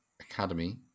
Academy